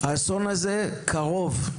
האסון הזה קרוב.